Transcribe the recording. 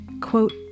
Quote